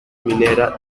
minera